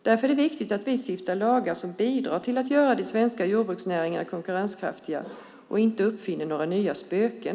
Därför är det viktigt att vi stiftar lagar som bidrar till att göra de svenska jordbruksnäringarna konkurrenskraftiga och inte uppfinner några nya spöken.